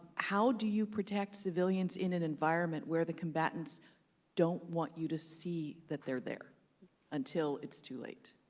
how do you protect civilians in an environment where the combatants don't want you to see that they're there until it's too late?